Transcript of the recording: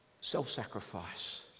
Self-sacrifice